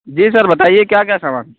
جی sir بتائیے کیا کیا سامان